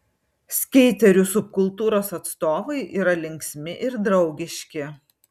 skeiterių subkultūros atstovai yra linksmi ir draugiški